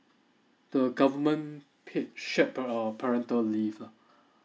the government paid shaerd uh parental leave lah